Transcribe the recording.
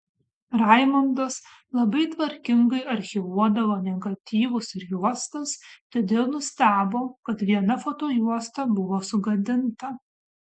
raimundas labai tvarkingai archyvuodavo negatyvus ir juostas todėl nustebo kad viena fotojuosta buvo sugadinta